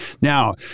Now